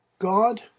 God